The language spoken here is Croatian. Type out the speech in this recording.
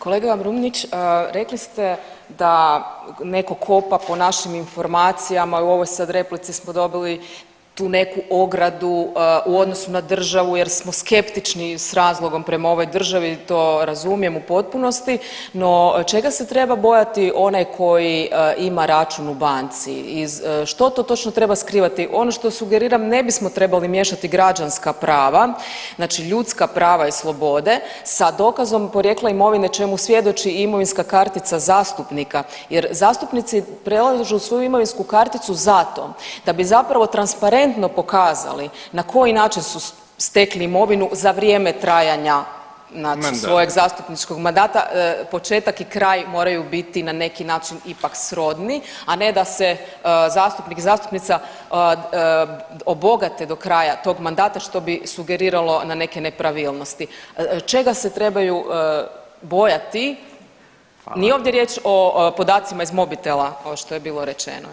Kolega Brumnić, rekli ste da neko kopa po našim informacijama i u ovoj sad replici smo dobili tu neku ogradu u odnosu na državu jer smo skeptični s razlogom prema ovoj državi, to razumijem u potpunosti, no čega se treba bojati onaj koji ima račun u banci, što to točno treba skrivati, ono što sugeriram ne bismo trebali miješati građanska prava, znači ljudska prava i slobode sa dokazom porijekla imovine čemu svjedoči i imovinska kartica zastupnika jer zastupnici prilažu svoju imovinsku karticu zato da bi zapravo transparentno pokazali na koji način su stekli imovinu za vrijeme trajanja znači svojeg zastupničkog mandata, početak i kraj moraju biti na neki način ipak srodni, a ne da se zastupnik i zastupnica obogate do kraja tog mandata što bi sugeriralo na neke nepravilnosti, čega se trebaju bojati, nije ovdje riječ o podacima iz mobitela ovo što je bilo rečeno, jel.